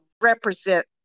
represent